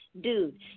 Dude